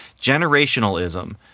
Generationalism